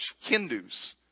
Hindus